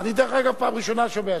דרך אגב, זאת פעם ראשונה, שומע.